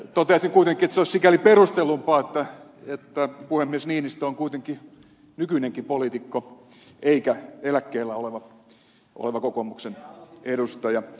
toteaisin kuitenkin että se olisi sikäli perustellumpaa että puhemies niinistö on kuitenkin nykyinenkin poliitikko eikä eläkkeellä oleva kokoomuksen edustaja